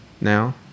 now